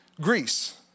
Greece